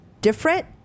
different